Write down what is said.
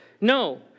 No